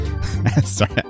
sorry